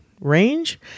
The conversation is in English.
range